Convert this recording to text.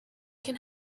can